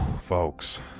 folks